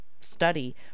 study